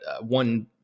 one